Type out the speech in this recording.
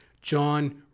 John